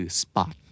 spot